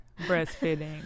breastfeeding